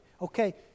Okay